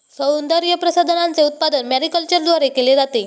सौंदर्यप्रसाधनांचे उत्पादन मॅरीकल्चरद्वारे केले जाते